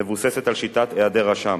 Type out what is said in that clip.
מבוססת על שיטת היעדר אשם,